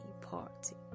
party